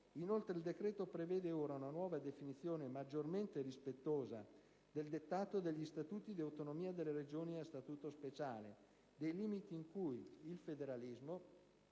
Inoltre, il decreto prevede ora una nuova definizione, maggiormente rispettosa del dettato degli Statuti di autonomia delle Regioni a statuto speciale, dei limiti in cui il federalismo